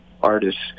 artists